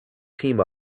team